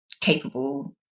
capable